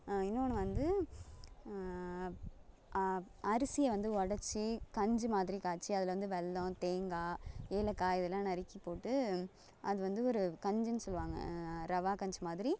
இன்னொன்று வந்து அப் அரிசியை வந்து உடச்சி கஞ்சி மாதிரி காய்ச்சி அதில் வந்து வெல்லம் தேங்காய் ஏலக்காய் இதெல்லாம் நறுக்கி போட்டு அது வந்து ஒரு கஞ்சின்னு சொல்வாங்க ரவா கஞ்சி மாதிரி